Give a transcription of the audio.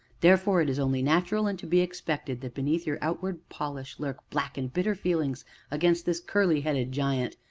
therefore it is only natural and to be expected that beneath your outward polish lurk black and bitter feelings against this curly-headed giant,